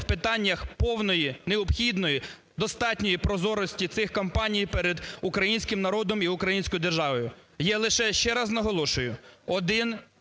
у питаннях повної, необхідної, достатньої прозорості цих компаній перед українським народом і українською державою. Я лише ще раз наголошую: один